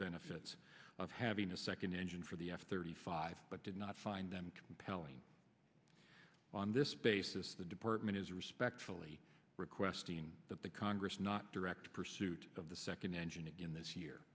benefits of having a second engine for the f thirty five but did not find them compelling on this basis the department is respectfully requesting that the congress not direct pursuit of the second engine again this year